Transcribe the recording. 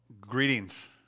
greetings